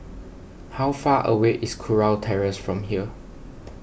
how far away is Kurau Terrace from here